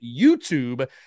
YouTube